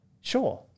Sure